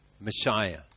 Messiah